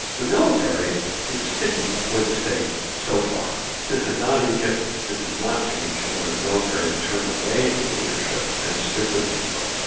the military is sticking with the state so far. this is not egypt, this is not tunisia where the military has turned away from the leadership and stood with the people.